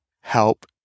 help